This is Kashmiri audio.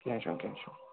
کینٛہہ چھُنہٕ کینٛہہ چھُنہٕ